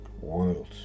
world